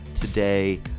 today